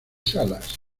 salas